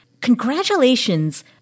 congratulations